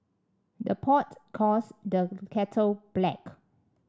the pot calls the kettle black